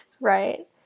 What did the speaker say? Right